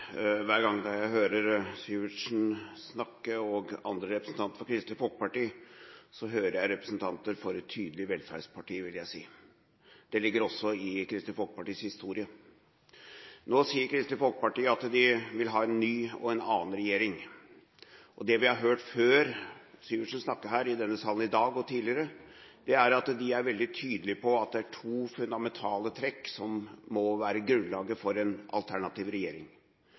snakke, vil jeg si at jeg hører representanter fra et tydelig velferdsparti. Det ligger også i Kristelig Folkepartis historie. Nå sier Kristelig Folkeparti at de vil ha en ny og en annen regjering, og det vi har hørt representanten Syversen snakke om her i dag, og tidligere, er at de er veldig tydelige på at det er to fundamentale trekk som må være grunnlaget for en alternativ regjering.